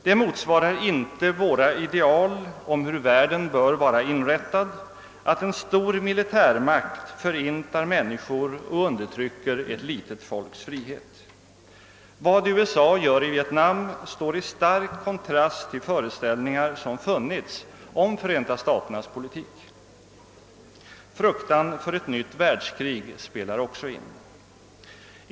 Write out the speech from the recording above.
Det motsvarar inte våra ideal om hur världen bör vara inrättad att en stor militärmakt förintar människor och undertrycker ett litet folks frihet. Vad USA gör i Vietnam står i stark kontrast till föreställningar som funnits om Förenta staternas politik. Fruktan för ett nytt världskrig spelar också in.